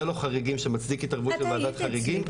זה לא חריגים שמצדיק התערבות של וועדת חריגים,